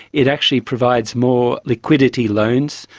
it actually provides more liquidity loans,